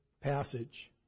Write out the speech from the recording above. passage